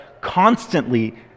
constantly